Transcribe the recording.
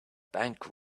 bank